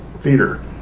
theater